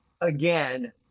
again